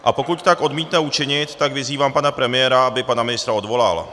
A pokud tak odmítne učinit, tak vyzývám pana premiéra, aby pana ministra odvolal.